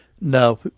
no